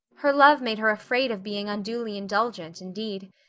her love made her afraid of being unduly indulgent, indeed.